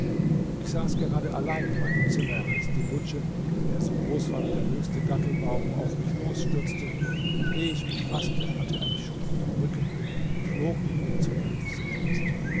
ich saß gerade allein in meinem zimmer als dilhudj der so groß war wie der höchste dattelbaum auf mich losstürzte und ehe ich mich faßte hatte er mich schon auf dem rücken und flog mit mir zum könig